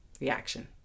reaction